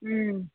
ഉം